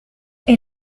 est